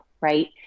right